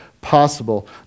possible